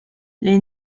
les